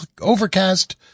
Overcast